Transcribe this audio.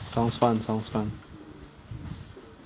sounds fun sounds fun